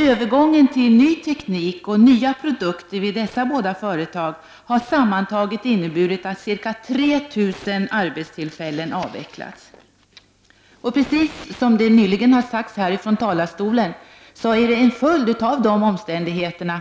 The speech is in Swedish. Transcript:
Övergången till ny teknik och nya produkter vid dessa båda företag har sammantaget inneburit att ca 3 000 arbetstillfällen avvecklats. Till följd av dessa omständigheter har,